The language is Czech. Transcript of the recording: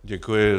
Děkuji.